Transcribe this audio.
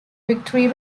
victory